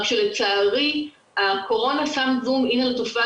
רק שלצערי הקורונה שמה זום-אִין על התופעה,